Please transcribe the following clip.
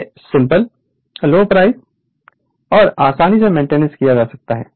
वे simple low price और आसानी से मेंटेन किया जा सकता है